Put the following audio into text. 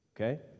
Okay